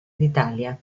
d’italia